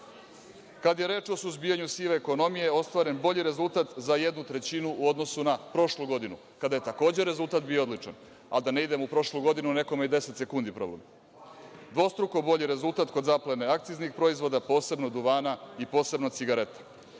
Kada je reč o suzbijanju sive ekonomije ostvaren je bolji rezultat za jednu trećinu u odnosu na prošlu godinu kada je takođe rezultat bio odličan, a da ne idemo u prošlu godinu. Nekome je i 10 sekundi problem. Dvostruko bolji rezultat zaplene akciznih proizvoda, posebno duvana i posebno cigareta. Što